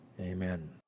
Amen